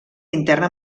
interna